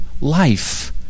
life